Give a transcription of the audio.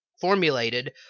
formulated